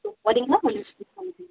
so வரீங்களா discount பண்ணிக்கலாம்